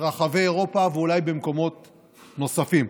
ברחבי אירופה, ואולי במקומות נוספים.